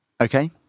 Okay